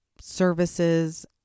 services